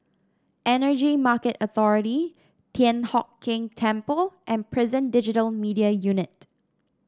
Energy Market Authority Thian Hock Keng Temple and Prison Digital Media Unit